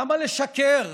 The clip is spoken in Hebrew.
למה לשקר?